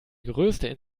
größte